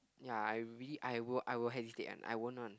ya I really I will I will hesitate one I won't one